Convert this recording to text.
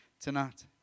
tonight